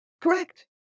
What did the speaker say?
Correct